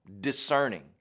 discerning